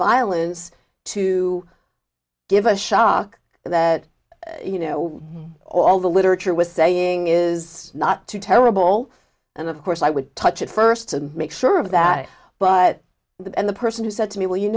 violence to give a shock that you know all the literature was saying is not too terrible and of course i would touch it first to make sure of that but the person who said to me well you